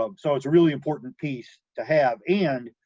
um so it's a really important piece to have and,